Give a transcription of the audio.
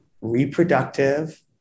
reproductive